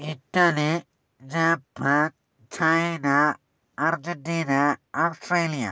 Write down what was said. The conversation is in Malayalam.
Italy Japan China Argentina Australia